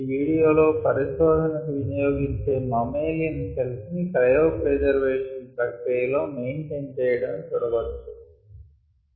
ఈ వీడియో లో పరిశోధన కు వినియోగించే మమ్మేలియన్ సెల్స్ ని క్రయో ప్రిజర్వేషన్ ప్రక్రియ లో మెయింటైన్ చెయ్యడం చూడవచ్చు